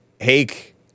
Hake